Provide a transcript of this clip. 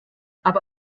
aber